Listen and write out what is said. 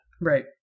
Right